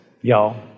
y'all